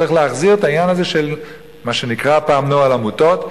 צריך להחזיר את העניין הזה של מה שנקרא פעם "נוהל עמותות".